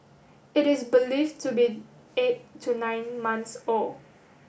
it is believed to be eight to nine months old